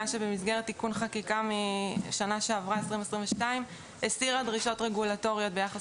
שבמסגרת תיקון חקיקה מ-2022 הסירה דרישות רגולטוריות ביחס